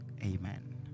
Amen